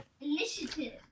Initiative